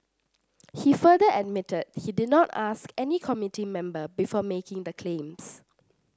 he further admitted he did not ask any committee member before making the claims